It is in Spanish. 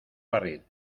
barril